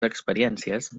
experiències